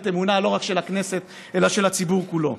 האמון לא רק של הכנסת אלא של הציבור כולו,